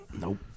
nope